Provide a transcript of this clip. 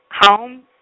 Home